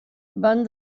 van